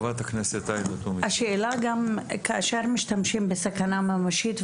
השאלה גם כאשר משתמשים בסכנה ממשית,